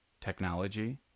technology